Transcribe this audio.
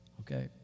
okay